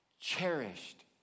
cherished